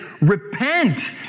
repent